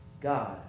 God